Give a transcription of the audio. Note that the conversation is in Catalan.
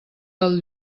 del